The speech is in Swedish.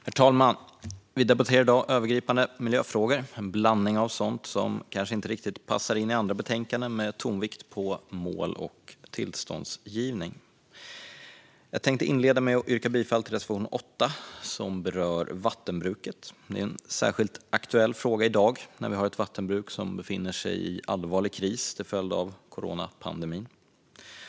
Herr talman! Vi debatterar i dag övergripande miljöfrågor - en blandning av sådant som kanske inte riktigt passar in i andra betänkanden - med tonvikt på mål och tillståndsgivning. Jag tänkte inleda med att yrka bifall till reservation 8, som berör vattenbruket. Detta är en särskilt aktuell fråga i dag, när vi har ett vattenbruk som befinner sig i allvarlig kris till följd av coronapandemin.